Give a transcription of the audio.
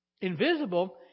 invisible